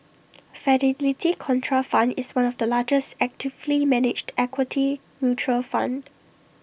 Fidelity Contrafund is one of the largest actively managed equity mutual fund